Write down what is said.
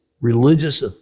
religious